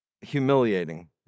humiliating